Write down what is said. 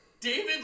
David